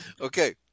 Okay